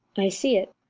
i see it.